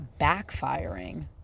backfiring